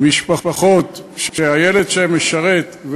משפחות שהילד שלהן משרת,